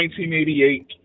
1988